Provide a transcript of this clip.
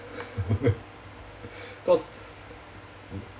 cause